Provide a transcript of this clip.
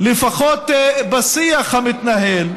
לפחות בשיח המתנהל,